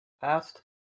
past